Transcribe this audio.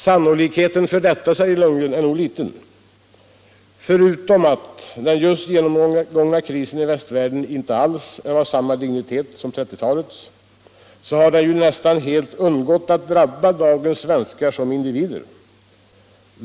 ”Sannolikheten för detta är nog liten”, tror Lundgren och fortsätter: - ”Förutom att den just genomgångna krisen i västvärlden inte alls är av samma dignitet som trettiotalets, har den ju nästan helt undgått att drabba dagens svenskar som individer.